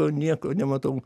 nieko nematau